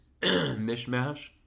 mishmash